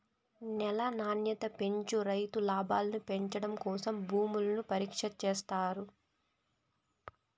న్యాల నాణ్యత పెంచి రైతు లాభాలను పెంచడం కోసం భూములను పరీక్ష చేత్తారు